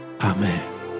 Amen